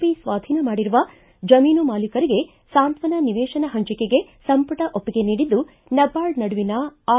B ಸ್ವಾಧೀನ ಮಾಡಿರುವ ಜಮೀನು ಮಾಲೀಕರಿಗೆ ಸಾಂತ್ವನ ನಿವೇಶನ ಹಂಚಿಕೆಗೆ ಸಂಪುಟ ಒಪ್ಪಿಗೆ ನೀಡಿದ್ದು ನಬಾರ್ಡ್ ನಡುವಿನ ಆರ್